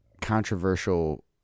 controversial